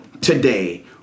today